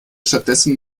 stattdessen